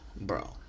bro